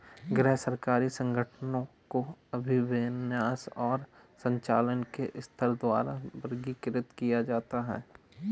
गैर सरकारी संगठनों को अभिविन्यास और संचालन के स्तर द्वारा वर्गीकृत किया जाता है